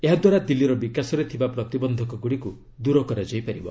ଏହାଦ୍ୱାରା ଦିଲ୍ଲୀର ବିକାଶରେ ଥିବା ପ୍ରତିବନ୍ଧକଗୁଡିକୁ ଦୂର କରାଯାଇପାରିବ